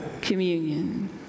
communion